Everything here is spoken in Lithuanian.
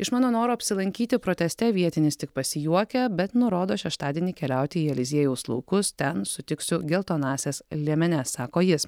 iš mano noro apsilankyti proteste vietinis tik pasijuokia bet nurodo šeštadienį keliauti į eliziejaus laukus ten sutiksiu geltonąsias liemenes sako jis